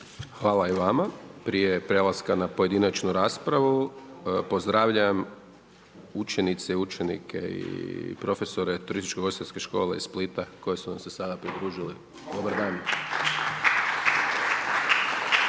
Hvala i vama. Prije prelaska na pojedinačnu raspravu pozdravljam učenice i učenike i profesore Turističko ugostiteljske škole iz Splita koji su nam se sada pridružili. Dobar dan.